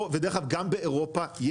ודרך אגב גם באירופה,